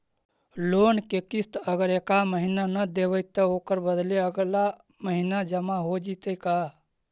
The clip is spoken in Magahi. लोन के किस्त अगर एका महिना न देबै त ओकर बदले अगला महिना जमा हो जितै का?